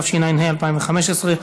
התשע"ה 2015,